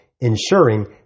ensuring